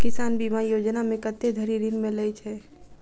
किसान बीमा योजना मे कत्ते धरि ऋण मिलय छै?